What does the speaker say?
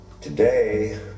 today